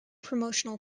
promotional